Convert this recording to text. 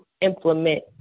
implement